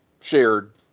shared